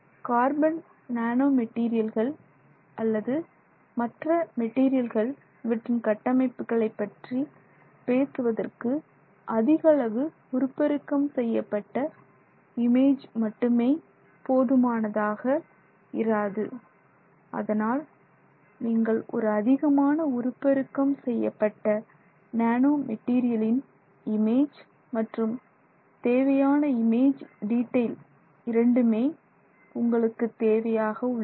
carbon nano மெட்டீரியல்கள் அல்லது மற்ற மெட்டீரியல்கள் இவற்றின் கட்டமைப்புகளை பற்றி பேசுவதற்கு அதிகளவு உருப்பெருக்கம் செய்யப்பட்ட இமேஜ் மட்டுமே போதுமானதாக இராது அதனால் நீங்கள் ஒரு அதிகமான உருப்பெருக்கம் செய்யப்பட்ட நேனோ மெட்டீரியலின் இமேஜ் மற்றும் தேவையான இமேஜ் டீடைல் இரண்டுமே உங்களுக்கு தேவையாக உள்ளது